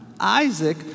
Isaac